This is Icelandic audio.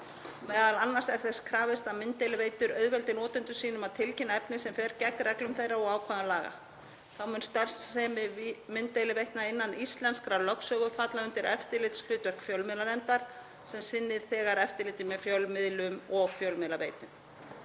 Meðal annars er þess krafist að mynddeiliveitur auðveldi notendum sínum að tilkynna efni sem fer gegn reglum þeirra og ákvæðum laga. Þá mun starfsemi mynddeiliveitna, innan íslenskrar lögsögu, falla undir eftirlitshlutverk fjölmiðlanefndar sem sinnir þegar eftirliti með fjölmiðlum og fjölmiðlaveitum.